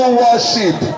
worship